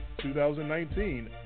2019